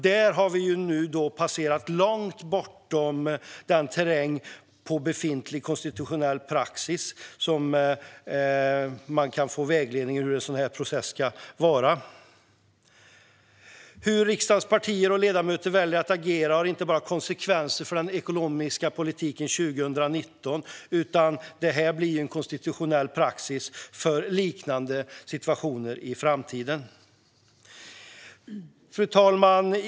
Där har vi passerat långt bortom den terräng för befintlig konstitutionell praxis som kan vägleda hur en sådan process ska gå till. Hur riksdagens partier och ledamöter väljer att agera har inte bara konsekvenser för den ekonomiska politiken 2019, utan här läggs det också grund för en konstitutionell praxis för liknande situationer i framtiden. Fru talman!